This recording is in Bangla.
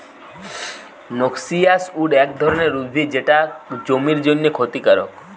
নক্সিয়াস উইড এক ধরণের উদ্ভিদ যেটা জমির জন্যে ক্ষতিকারক